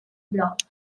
blocked